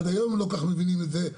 עד היום הם לא כל כך מבינים את זה,